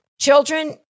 children